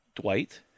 Dwight